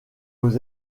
aux